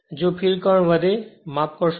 જો field current વધે છે માફ કરશો